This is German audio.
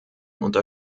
unter